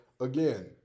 Again